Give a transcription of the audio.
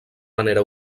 manera